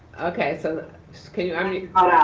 okay, so can you i mean